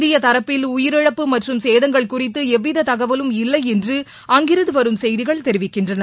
இந்திய தரப்பில் உயிரிழப்பு மற்றும் சேதங்கள் குறித்து எவ்வித தகலும் இல்லையென்று அங்கிருந்து வரும் செய்திகள் தெரிவிக்கின்றன